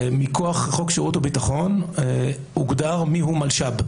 מכוח חוק שירות ביטחון הוגדר מיהו מלש"ב.